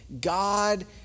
God